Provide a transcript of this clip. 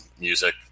music